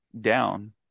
down